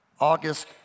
August